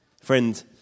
Friend